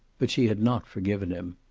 but she had not forgiven him.